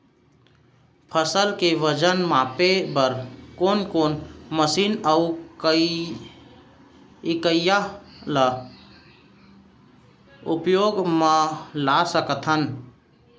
फसल के वजन मापे बर कोन कोन मशीन अऊ इकाइयां ला उपयोग मा ला सकथन?